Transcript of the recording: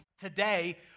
Today